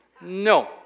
No